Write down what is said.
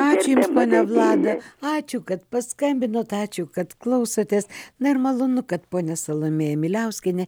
ačiū jums pone vladai ačiū kad paskambinot ačiū kad klausotės na ir malonu kad ponia salomėja miliauskienė